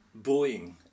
Boeing